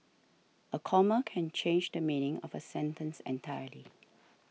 a comma can change the meaning of a sentence entirely